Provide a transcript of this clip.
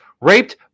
raped